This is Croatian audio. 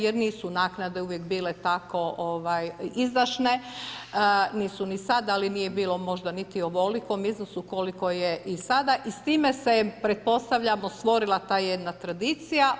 Jer nisu naknade uvijek bile tako izdašne, nisu ni sada, ali nije bilo možda niti u ovolikom iznosu koliko je i sada i s time se pretpostavljamo stvorila ta jedna tradicija.